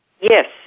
Yes